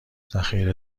ذخیره